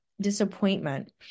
disappointment